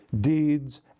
deeds